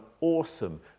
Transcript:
awesome